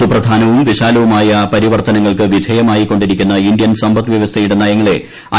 സുപ്രധാനവും വിശാലവുമായ പരിവർത്തനങ്ങൾക്ക് വിധേയമായിക്കൊണ്ടിരിക്കുന്ന ഇൻഡ്യൻ സമ്പദ്വ്യവസ്ഥയുടെ നയങ്ങളെ ഐ